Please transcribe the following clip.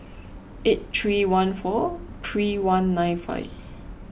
eight three one four three one nine five